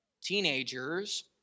Teenagers